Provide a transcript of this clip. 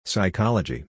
Psychology